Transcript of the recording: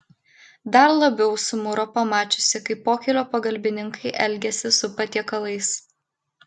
dar labiau sumuro pamačiusi kaip pokylio pagalbininkai elgiasi su patiekalais